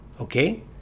okay